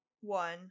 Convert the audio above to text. One